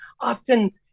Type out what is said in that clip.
often